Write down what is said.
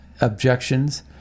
objections